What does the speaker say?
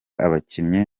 abakiriya